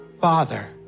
Father